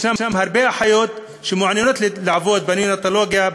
יש הרבה אחיות שמעוניינות לעבוד בנאונטולוגיה,